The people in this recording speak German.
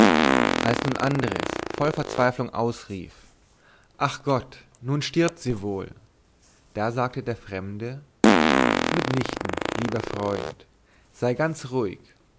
als nun andres voll verzweiflung ausrief ach gott nun stirbt sie wohl da sagte der fremde mit nichten lieber freund seid ganz ruhig